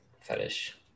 fetish